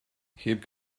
heb